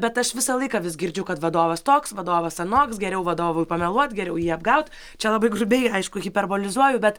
bet aš visą laiką vis girdžiu kad vadovas toks vadovas anoks geriau vadovui pameluot geriau jį apgaut čia labai grubiai aišku hiperbolizuoju bet